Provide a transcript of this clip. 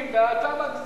ואתה מגזים.